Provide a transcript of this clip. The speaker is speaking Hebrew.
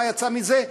מה יצא מזה?